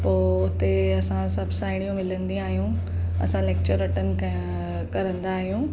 पोइ हुते असां सभु साहेड़ियूं मिलंदी आहियूं असां लैक्चर अटैंड कयां करंदा आहियूं